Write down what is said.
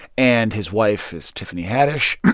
and his wife is tiffany haddish.